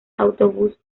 autobús